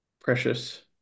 precious